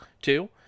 Two